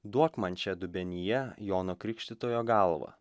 duok man čia dubenyje jono krikštytojo galvą